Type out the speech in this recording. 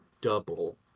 double